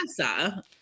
NASA